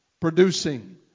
producing